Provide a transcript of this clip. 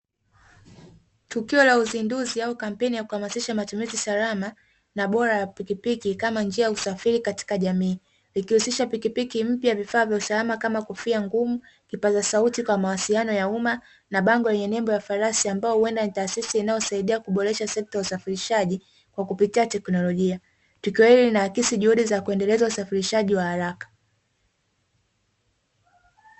Tukio la uzinduzi au kampeni ya kuhamasisha matumizi salama na bora ya pikipiki kama njia ya usafiri katika jamii, ikihusisha pikipiki mpya vifaa vya usalama kama kofia ngumu, kipaza sauti kwa mawasiliano ya umma na bango yenyembo ya farasi ambao huenda ni taasisi inayosaidia kuboresha sekta ya usafirishaji wa kupitia teknolojia tukio hili na akisi juhudi za kuendeleza usafirishaji wa haraka.